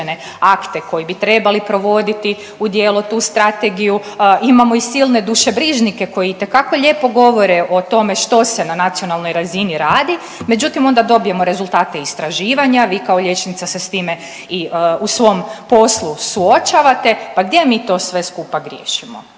koje bi trebali provoditi u djelo tu strategiju, imamo i silne dušobrižnike koji itekako lijepo govore o tome što se na nacionalnoj razini radi, međutim onda dobijemo rezultate istraživanja, vi kao liječnica se s time u svom poslu suočavate, pa gdje mi to sve skupa griješimo?